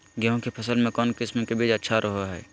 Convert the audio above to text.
गेहूँ के फसल में कौन किसम के बीज अच्छा रहो हय?